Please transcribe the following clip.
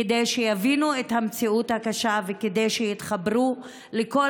כדי שיבינו את המציאות הקשה וכדי שיתחברו לכל